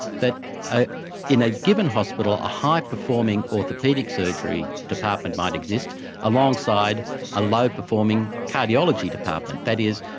that ah in a given hospital, a high performing orthopaedic surgery department might exist alongside a low performing cardiology department. that is,